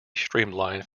streamlined